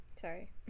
sorry